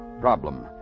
Problem